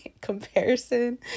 comparison